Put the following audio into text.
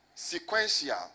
sequential